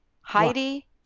Heidi